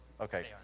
okay